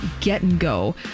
get-and-go